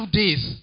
days